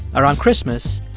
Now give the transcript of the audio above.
around christmas,